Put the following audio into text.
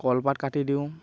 কলপাত কাটি দিওঁ